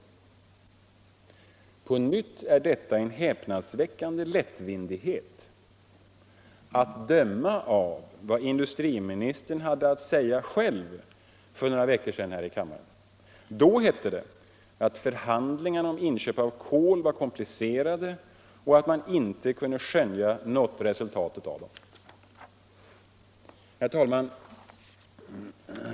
Detta är på nytt ett uttalande gjort med en häpnadsväckande lättvindighet — att döma av vad industriministern själv hade att säga för några veckor sedan här i kammaren. Det hette då att förhandlingarna om inköp av kol var komplicerade och att man inte kunde skönja något resultat av dem. Herr talman!